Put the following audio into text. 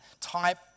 type